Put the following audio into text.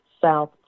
South